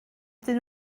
ydyn